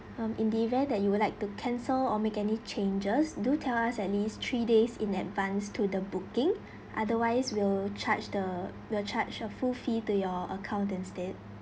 um in the event that you would like to cancel or make any changes do tell us at least three days in advanced to the booking otherwise will charge the will charge a full fee to your account instead